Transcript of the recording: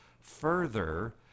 further